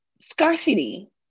Scarcity